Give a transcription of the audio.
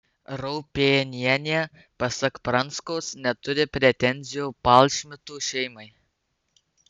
raupėnienė pasak pranskaus neturi pretenzijų palšmitų šeimai